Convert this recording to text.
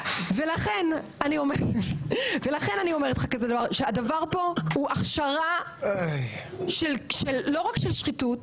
ולכן אני אומרת שהדבר פה הוא הכשרה לא רק של שחיתות,